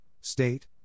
state